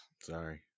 Sorry